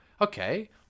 okay